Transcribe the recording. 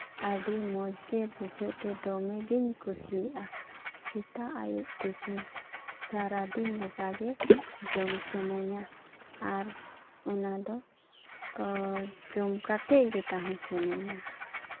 ᱟᱹᱰᱤ ᱢᱚᱡᱽᱜᱮ ᱵᱩᱡᱷᱟᱹᱜᱼᱛᱮ ᱫᱚᱢᱮᱜᱤᱧ ᱠᱩᱥᱤᱭᱟᱜᱼᱟ ᱥᱮᱛᱟᱜ ᱟᱹᱭᱩᱵ ᱛᱤᱠᱤᱱ ᱥᱟᱨᱟᱫᱤᱱ ᱞᱮᱠᱟᱜᱮ ᱡᱚᱢ ᱥᱟᱱᱟᱧᱟ ᱟᱨ ᱚᱱᱟᱫᱚ ᱡᱚᱢ ᱠᱟᱛᱮᱫ ᱜᱮ ᱛᱟᱦᱮᱸ ᱥᱟᱱᱟᱧᱟ